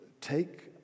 take